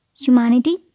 humanity